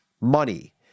money